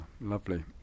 lovely